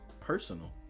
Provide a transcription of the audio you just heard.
personal